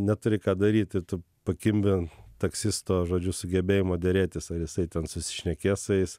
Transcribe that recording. neturi ką daryti tu pakimbi taksisto žodžiu sugebėjimo derėtis ar jisai ten susišnekės su jais